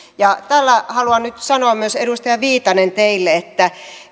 tällä haluan nyt sanoa myös edustaja viitanen teille että